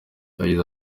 yagize